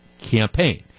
campaign